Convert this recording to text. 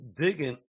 digging